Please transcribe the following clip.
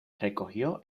recogió